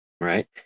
right